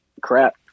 crap